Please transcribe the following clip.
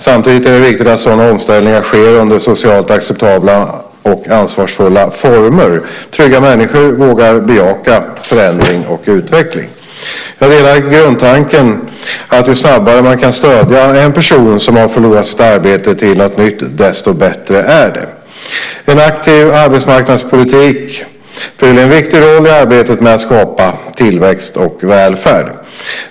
Samtidigt är det viktigt att sådana omställningar sker under socialt acceptabla och ansvarsfulla former. Trygga människor vågar bejaka förändring och utveckling. Jag delar grundtanken att ju snabbare man kan stödja en person som har förlorat sitt arbete till att få ett nytt, desto bättre är det. En aktiv arbetsmarknadspolitik fyller en viktig roll i arbetet med att skapa tillväxt och välfärd.